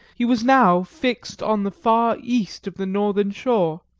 he was now fixed on the far east of the northern shore,